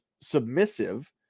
submissive